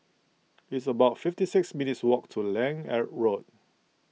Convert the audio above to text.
it's about fifty six minutes' walk to Lange at Road